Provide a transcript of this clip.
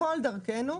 הכול דרכנו.